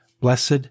Blessed